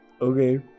okay